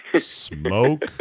smoke